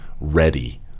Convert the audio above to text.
ready